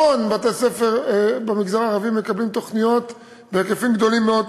המון בתי-ספר במגזר הערבי מקבלים תוכניות בהיקפים גדולים מאוד.